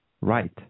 right